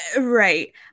Right